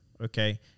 okay